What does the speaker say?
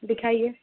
दिखाइए